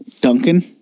Duncan